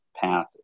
path